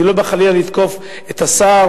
אני לא בא, חלילה, לתקוף את השר